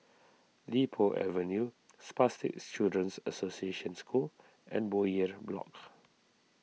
Li Po Avenue Spastic Children's Association School and Bowyer Block